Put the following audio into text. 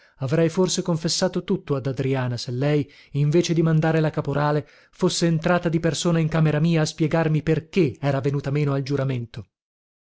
avrei forse confessato tutto ad adriana se lei invece di mandare la caporale fosse entrata di persona in camera mia a spiegarmi perché era venuta meno al giuramento